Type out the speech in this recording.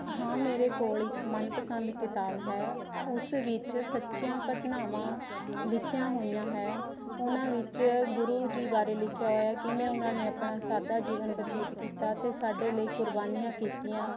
ਹਾਂ ਮੇਰੇ ਕੋਲ ਇੱਕ ਮਨਪਸੰਦ ਕਿਤਾਬ ਹੈ ਉਸ ਵਿੱਚ ਸੱਚੀਆਂ ਘਟਨਾਵਾਂ ਲਿਖੀਆ ਹੋਈਆਂ ਹੈ ਉਹਨਾਂ ਵਿੱਚ ਗੁਰੂ ਜੀ ਬਾਰੇ ਲਿਖਿਆ ਹੋਇਆ ਹੈ ਕਿਵੇਂ ਉਨ੍ਹਾਂ ਨੇ ਆਪਣਾ ਸਾਦਾ ਜੀਵਨ ਬਤੀਤ ਕੀਤਾ ਅਤੇ ਸਾਡੇ ਲਈ ਕੁਰਬਾਨੀਆਂ ਕੀਤੀਆਂ